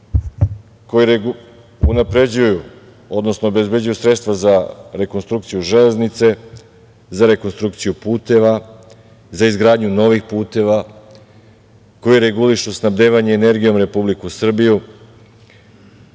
koji unapređuju, odnosno obezbeđuju sredstva za rekonstrukciju železnice, za rekonstrukciju puteva, za izgradnju novih puteva, koji regulišu snabdevanje energijom Republiku Srbiju.